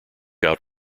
out